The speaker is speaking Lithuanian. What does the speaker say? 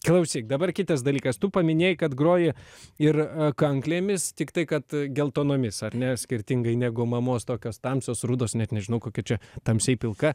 klausyk dabar kitas dalykas tu paminėjai kad groji ir kanklėmis tiktai kad geltonomis ar ne skirtingai negu mamos tokios tamsios rudos net nežinau kokia čia tamsiai pilka